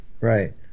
Right